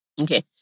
Okay